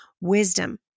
wisdom